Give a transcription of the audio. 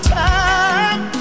time